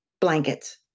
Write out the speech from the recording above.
blankets